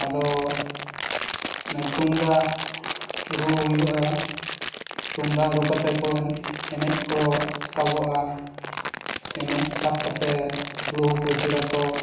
ᱟᱫᱚ ᱛᱩᱢᱫᱟᱜ ᱨᱩ ᱦᱩᱭᱩᱜᱼᱟ ᱛᱩᱢᱫᱟᱜ ᱨᱩ ᱠᱟᱛᱮ ᱠᱚ ᱮᱱᱮᱡ ᱮᱱᱮᱡ ᱠᱚ ᱥᱟᱵᱚᱜᱼᱟ ᱮᱱᱮᱡ ᱥᱟᱵ ᱠᱟᱛᱮ ᱞᱩᱦᱩᱠ ᱟᱹᱪᱩᱨᱟᱠᱚ